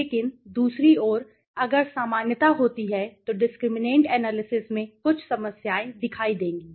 लेकिन दूसरी ओर अगर सामान्यता होती है तो डिस्क्रिमिनैंट एनालिसिस में कुछ समस्याएं दिखाई देंगी